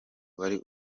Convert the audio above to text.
wari